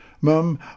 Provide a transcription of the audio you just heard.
Mum